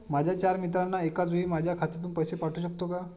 माझ्या चार मित्रांना एकाचवेळी माझ्या खात्यातून पैसे पाठवू शकतो का?